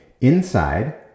inside